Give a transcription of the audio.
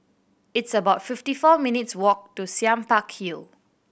it's about fifty four minutes' walk to Sime Park Hill